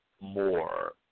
more